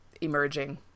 emerging